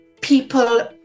people